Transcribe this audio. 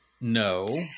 No